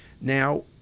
Now